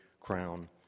crown